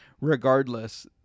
regardless